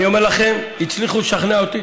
אני אומר לכם, הצליחו לשכנע אותי.